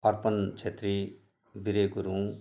Arpan Chhetri Bire Gurung